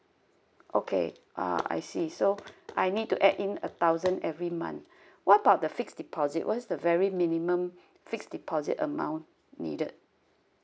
okay ah I see so I need to add in a thousand every month what about the fixed deposit what is the very minimum fixed deposit amount needed